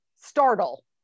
startle